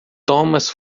thomas